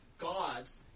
gods